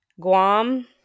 Guam